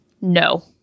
No